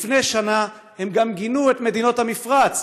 לפני שנה הם גם גינו את מדינות המפרץ,